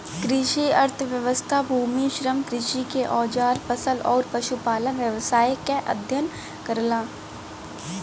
कृषि अर्थशास्त्र भूमि, श्रम, कृषि के औजार फसल आउर पशुपालन व्यवसाय क अध्ययन करला